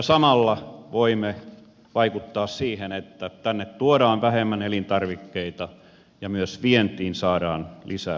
samalla voimme vaikuttaa siihen että tänne tuodaan vähemmän elintarvikkeita ja myös vientiin saadaan lisäponnistuksia